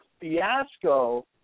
fiasco